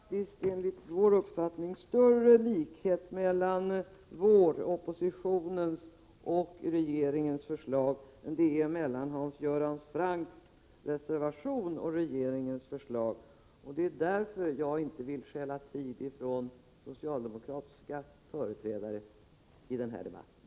Herr talman! Det är faktiskt enligt vår uppfattning större likhet mellan oppositionens och regeringens förslag än det är mellan Hans Göran Francks reservation och regeringens förslag. Det är därför jag inte vill stjäla tid från socialdemokratiska företrädare i den här debatten.